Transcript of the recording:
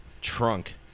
trunk